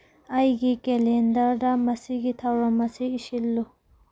ꯑꯩꯒꯤ ꯀꯦꯂꯦꯟꯗꯔꯗ ꯃꯁꯤꯒꯤ ꯊꯧꯔꯝ ꯑꯁꯤ ꯏꯁꯤꯜꯂꯨ